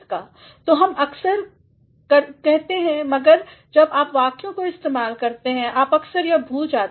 तो हम अक्सर कहता हैं मगर जब आप वाक्यों को इस्तेमाल करते हैं आप अक्सर यह भूल जाते हैं